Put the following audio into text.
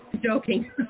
Joking